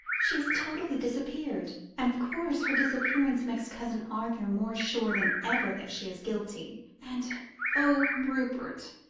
she has totally disappeared, and, of course, her disappearance makes cousin arthur more sure than ever that she is guilty and oh! rupert,